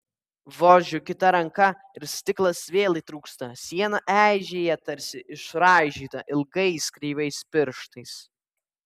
vožiu kita ranka ir stiklas vėl įtrūksta siena eižėja tarsi išraižyta ilgais kreivais pirštais